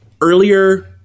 earlier